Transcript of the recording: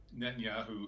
Netanyahu